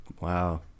Wow